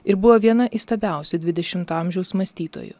ir buvo viena įstabiausių dvidešimto amžiaus mąstytojų